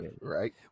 right